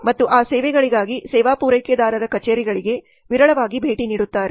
ಮತ್ತು ಆ ಸೇವೆಗಳಿಗಾಗಿ ಸೇವಾ ಪೂರೈಕೆದಾರರ ಕಚೇರಿಗಳಿಗೆ ವಿರಳವಾಗಿ ಭೇಟಿ ನೀಡುತ್ತಾರೆ